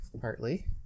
Partly